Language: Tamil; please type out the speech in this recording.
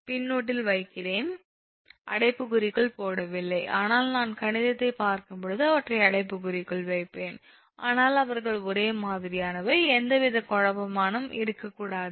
பின்னொட்டில் வைக்கிறேன் அடைப்புக்குறிக்குள் போடவில்லை ஆனால் நான் கணிதத்தைப் பார்க்கும் போது அவற்றை அடைப்புக்குறிக்குள் வைப்பேன் ஆனால் அவர்கள் ஒரே மாதிரியானவை எந்தவிதமான குழப்பமும் இருக்கக்கூடாது